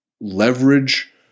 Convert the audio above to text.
leverage